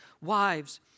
Wives